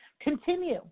continue